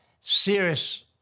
serious